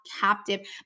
captive